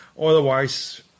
Otherwise